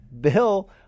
Bill